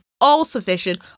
all-sufficient